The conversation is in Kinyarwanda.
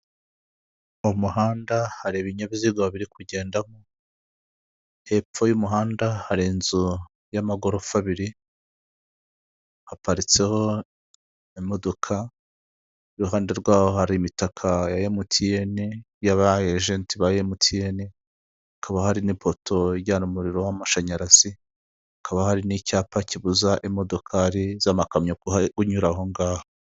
Mu muhanda hari ibinyabiziga biri kugendamo, hepfo y'umuhanda hari inzu y'amagorofa abiri, haparitseho imodoka, iruhande rwaho hari imitaka ya MTN y'abajenti ba MTN, hakaba hari n'ipoto ijyana umuriro w'amashanyarazi, hakaba hari n'icyapa kibuza imodokari z'amakamyo kunyura aho ngaho.